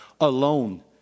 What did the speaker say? alone